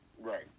Right